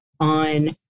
on